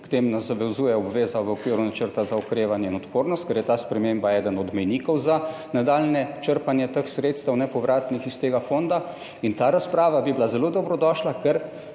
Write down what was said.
K temu nas zavezuje obveza v okviru Načrta za okrevanje in odpornost, ker je ta sprememba eden od mejnikov za nadaljnje črpanje nepovratnih sredstev iz tega fonda in ta razprava bi bila zelo dobrodošla, ker,